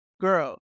girl